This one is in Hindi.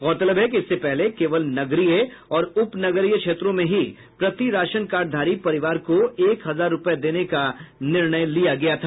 गौरतलब है कि इससे पहले केवल नगरीय और उप नगरीय क्षेत्रों में ही प्रति राशन कार्डधारी परिवार को एक हजार रूपये देने का निर्णय लिया गया था